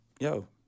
yo